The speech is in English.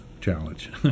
challenge